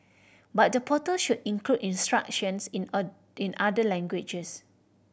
but the portal should include instructions in a in other languages